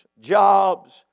jobs